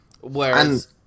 whereas